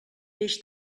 peix